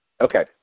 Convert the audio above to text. Okay